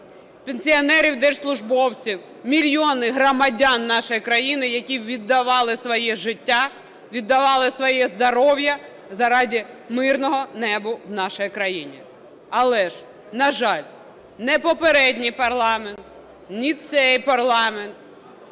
пенсіонерів-держслужбовців, мільйони громадян нашої країни, які віддавали своє життя, віддавали своє здоров'я заради мирного неба в нашій країні. Але ж, на жаль, ні попередній парламент, ні цей парламент